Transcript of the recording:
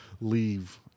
leave